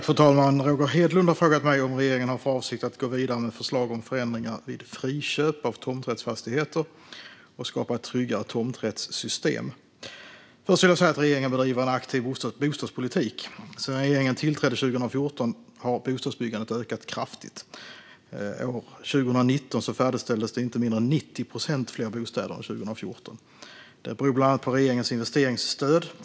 Fru talman! Roger Hedlund har frågat mig om regeringen har för avsikt att gå vidare med förslag om förändringar vid friköp av tomträttsfastigheter och skapa ett tryggare tomträttssystem. Först vill jag säga att regeringen bedriver en aktiv bostadspolitik. Sedan regeringen tillträdde 2014 har bostadsbyggandet ökat kraftigt. År 2019 färdigställdes 90 procent fler bostäder än 2014. Det beror bland annat på regeringens investeringsstöd.